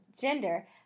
gender